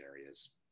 areas